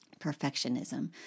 perfectionism